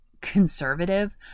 conservative